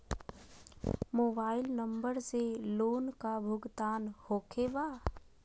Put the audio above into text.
Mobile number से loan का भुगतान होखे बा?